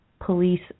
police